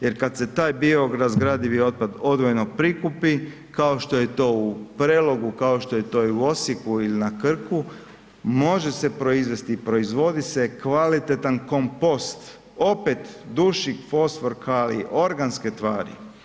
Jer kad se taj biorazgradivi otpad odvojeno prikupi kao što je to u Prelogu, kao što je to i u Osijeku il na Krku, može se proizvesti i proizvodi se kvalitetan kompost, opet dušik, fosfor, kalij, organske tvari.